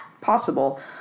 possible